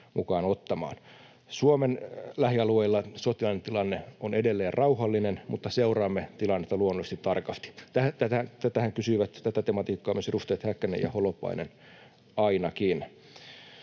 mukaan ottamaan. Suomen lähialueilla sotilaallinen tilanne on edelleen rauhallinen, mutta seuraamme tilannetta luonnollisesti tarkasti. Tätä tematiikkaahan kysyivät myös ainakin edustajat Häkkänen ja Holopainen. Jatkan